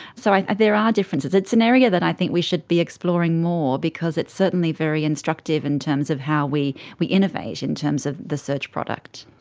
so there are differences. it's an area that i think we should be exploring more because it's certainly very instructive in terms of how we we innovate, in terms of the search product.